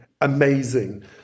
amazing